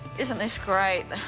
isn't this great?